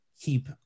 keep